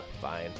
Fine